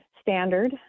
standard